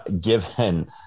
given